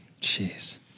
Jeez